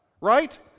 Right